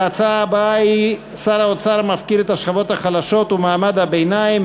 ההצעה הבאה היא: שר האוצר מפקיר את השכבות החלשות ומעמד הביניים,